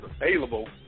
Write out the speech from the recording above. available